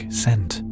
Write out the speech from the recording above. scent